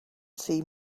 see